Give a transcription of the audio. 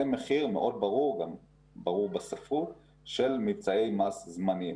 זה מחיר מאוד ברור בספרות של מבצעי מס זמניים.